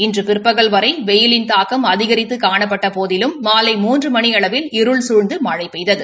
இன்று பிற்பகல் வரை வெய்யின் தாக்கம் அதிகரித்து காணப்பட்ட போதிலும் மாலை மூன்று மணி அளவில் இருள் சூழ்ந்து மழை பெய்தது